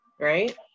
right